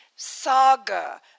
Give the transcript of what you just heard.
saga